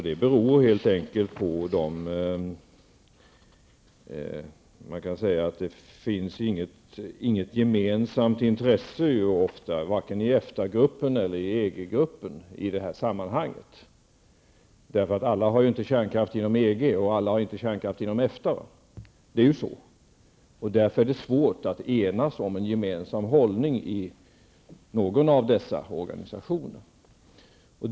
Det beror helt enkelt på att det inte finns något gemensamt intresse, vare sig i EFTA-gruppen eller i EG-gruppen i detta sammanhang. Alla inom EG har inte kärnkraft, och inte heller alla inom EFTA. Därför är det svårt att enas om en gemensam hållning inom någon av dessa organisationer.